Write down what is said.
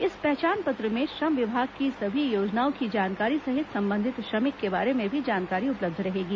इस पहचान पत्र में श्रम विभाग की सभी योजनाओं की जानकारी सहित संबंधित श्रमिक के बारे में भी जानकारी उपलब्ध रहेगी